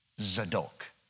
Zadok